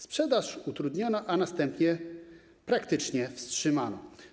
Sprzedaż utrudniono, a następnie praktycznie wstrzymano.